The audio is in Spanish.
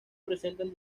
presentan